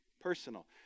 personal